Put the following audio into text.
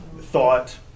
thought